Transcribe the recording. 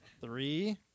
three